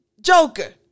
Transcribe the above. joker